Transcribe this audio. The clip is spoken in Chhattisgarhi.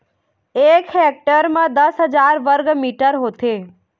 एक हेक्टेयर म दस हजार वर्ग मीटर होथे